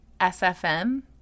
SFM